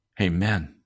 Amen